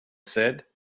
said